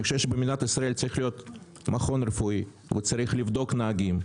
אני חושב שבמדינת ישראל צריך להיות מכון רפואי שצריך לבדוק נהגים.